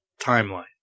timeline